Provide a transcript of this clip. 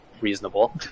reasonable